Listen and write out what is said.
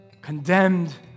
condemned